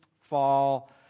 fall